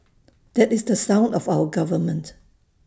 that is the son of our government